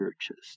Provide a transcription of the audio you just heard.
churches